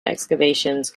excavations